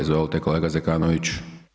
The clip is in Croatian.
Izvolite, kolega Zekanović.